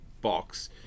box